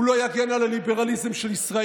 הוא לא יגן על הליברליזם של ישראל,